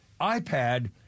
iPad